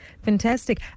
Fantastic